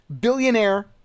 billionaire